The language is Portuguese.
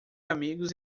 amigos